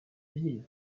ville